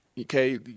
okay